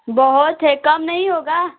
बहुत है कम नहीं होगा